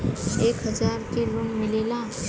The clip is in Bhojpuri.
एक हजार के लोन मिलेला?